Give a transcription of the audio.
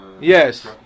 Yes